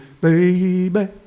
baby